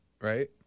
right